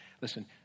Listen